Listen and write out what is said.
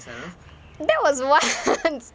that was once